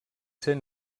ser